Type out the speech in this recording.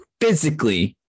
physically